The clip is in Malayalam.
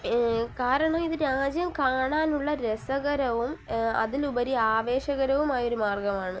കാരണം ഇത് രാജ്യം കാണാനുള്ള രസകരവും അതിലുപരി ആവേശകരവുമായ ഒരു മാർഗ്ഗമാണ്